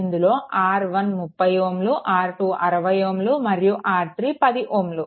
ఇందులో R1 30 Ω R2 60 Ω మరియు R3 10 Ω